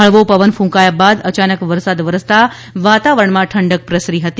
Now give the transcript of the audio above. હળવો પવન ક્રંકાયા બાદ અચાનક વરસાદ વરસતા વાતાવરણમાં ઠંડક પ્રસરી હતી